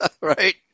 Right